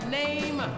name